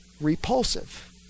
repulsive